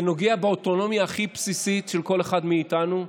זה נוגע באוטונומיה הכי בסיסית של כל אחד מאיתנו,